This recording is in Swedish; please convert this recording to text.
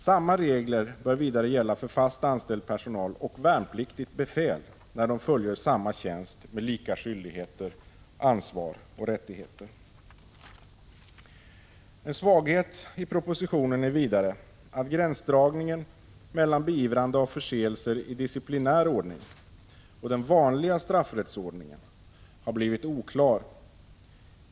Samma regler bör vidare gälla för fast anställd personal och värnpliktigt 51 befäl när de fullgör samma tjänst med lika skyldigheter, ansvar och rättigheter. En svaghet i propositionen är att gränsdragningen mellan beivrande av förseelser i disciplinär ordning och enligt den vanliga straffrättsordningen blivit oklar.